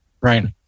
Right